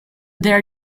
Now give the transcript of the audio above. their